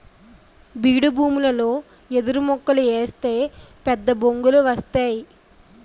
బీడుభూములలో ఎదురుమొక్కలు ఏస్తే పెద్దబొంగులు వస్తేయ్